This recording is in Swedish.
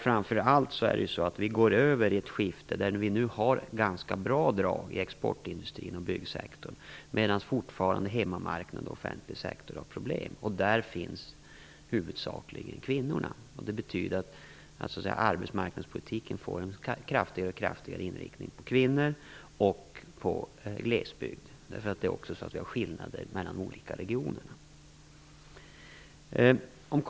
Framför allt är det så att vi går över i ett skifte där vi nu har ett bra drag i exportindustrin och byggsektorn, medan hemmamarknad och offentlig sektor fortfarande har problem. Där finns huvudsakligen kvinnorna, och det betyder att arbetsmarknadspolitiken får en kraftigare inriktning på kvinnor och på glesbygd. Vi har ju också skillnader mellan de olika regionerna.